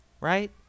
Right